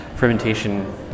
fermentation